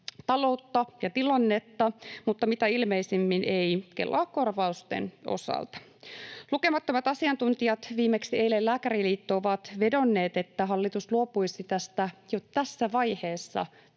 taloutta ja tilannetta mutta mitä ilmeisimmin ei Kela-korvausten osalta. Lukemattomat asiantuntijat, viimeksi eilen Lääkäriliitto, ovat vedonneet, että hallitus luopuisi tästä jo tässä vaiheessa